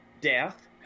death